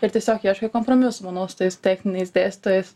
ir tiesiog ieškai kompromisų manau su tais techniniais dėstytojais